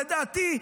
לדעתי,